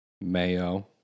Mayo